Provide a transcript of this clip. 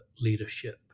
leadership